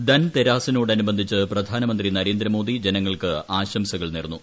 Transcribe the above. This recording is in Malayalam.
ധൻതെരാസിനോടനുബന്ധിച്ച് പ്രധാനമന്ത്രി നരേന്ദ്രമോദി ജനങ്ങൾക്ക് ആശംസകൾ നേർന്നു